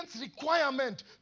requirement